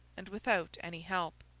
and without any help.